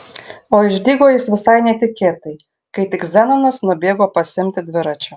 o išdygo jis visai netikėtai kai tik zenonas nubėgo pasiimti dviračio